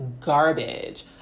garbage